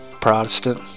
Protestant